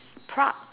Prague